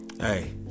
Hey